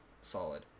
solid